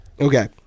Okay